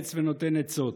שמייעץ ונותן עצות.